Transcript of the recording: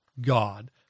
God